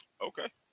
Okay